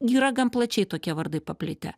yra gan plačiai tokie vardai paplitę